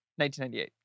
1998